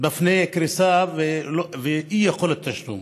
בפני קריסה ואי-יכולת תשלום.